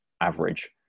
average